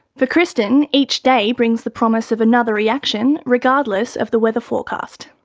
for kristyn, each day brings the promise of another reaction, regardless of the weather forecast.